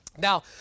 Now